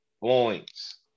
points